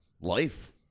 life